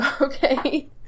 Okay